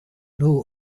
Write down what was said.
know